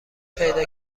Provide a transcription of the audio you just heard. پیدا